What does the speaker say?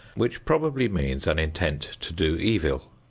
which probably means an intent to do evil.